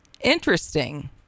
Interesting